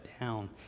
down